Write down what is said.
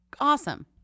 Awesome